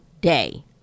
day